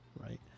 right